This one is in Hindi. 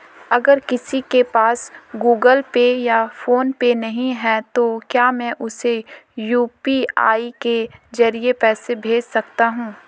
अगर किसी के पास गूगल पे या फोनपे नहीं है तो क्या मैं उसे यू.पी.आई के ज़रिए पैसे भेज सकता हूं?